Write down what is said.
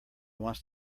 wants